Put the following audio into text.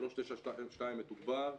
392 מתוגבר,